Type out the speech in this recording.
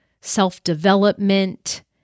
self-development